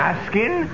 Asking